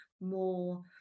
more